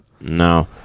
No